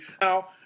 Now